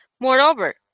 Moreover